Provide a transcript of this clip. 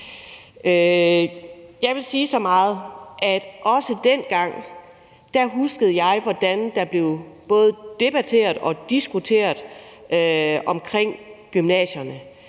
Jeg vil sige så meget, at jeg husker, hvordan der dengang blev både debatteret og diskuteret omkring gymnasierne.